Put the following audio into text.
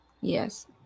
Yes